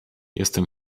jestem